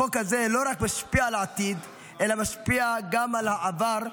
החוק הזה לא רק משפיע על העתיד אלא משפיע גם על העבר.